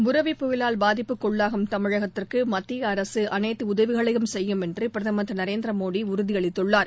புரெவி புயலால் பாதிப்புக்குள்ளாகும் தமிழகத்திற்கு மத்திய அரசு அனைத்து உதவிகளையும் செய்யும் என்று பிரதம் திரு நரேந்திர மோடி உறுதி அளித்துள்ளார்